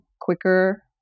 quicker